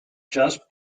just